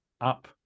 up